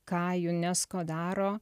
ką unesco daro